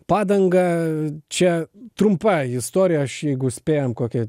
padanga čia trumpa istorija aš jeigu spėjam kokia